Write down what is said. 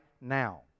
now